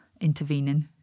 intervening